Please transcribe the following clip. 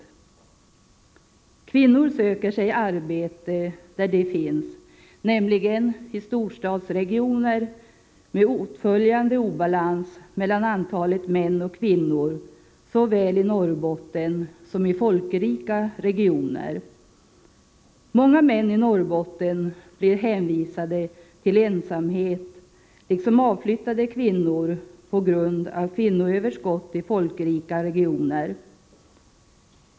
Kvinnor söker sig arbete där det finns, nämligen i storstadsregioner, med åtföljande obalans mellan antalet män och kvinnor, såväl i Norrbotten som i folkrika regioner. Många män i Norrbotten blir hänvisade till ensamhet, liksom avflyttade kvinnor blir det på grund av kvinnoöverskott i folkrika regioner.